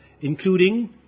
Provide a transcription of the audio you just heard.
including